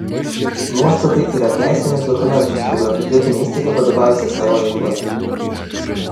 nuostatai yra teisinis dokumentas kuriuo biudžetinė įstaiga vadovaujasi savo veikloje